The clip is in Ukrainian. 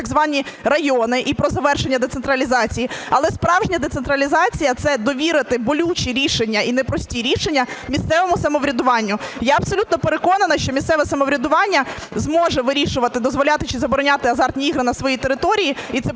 так звані райони і про завершення децентралізації. Але справжня децентралізація – це довірити болючі рішення і непрості рішення місцевому самоврядуванню. Я абсолютно переконана, що місцеве самоврядування зможе вирішувати дозволяти чи забороняти азартні ігри на своїй території і це